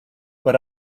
but